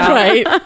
right